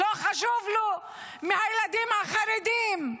לא חשובים לו הילדים החרדים,